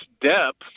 depth